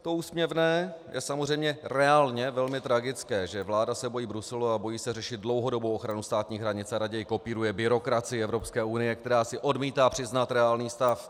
To úsměvné je samozřejmě reálně velmi tragické, že vláda se bojí Bruselu a bojí se řešit dlouhodobou ochranu státní hranice a raději kopíruje byrokracii Evropské unie, která si odmítá přiznat reálný stav.